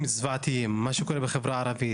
מזעזעים שמשקפים את מה שקורה בחברה הערבית.